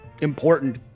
important